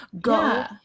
go